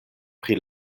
pri